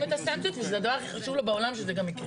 את הסנקציות וזה הדבר הכי חשוב לו בעולם שזה יקרה.